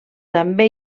també